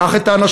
קח את האנשים,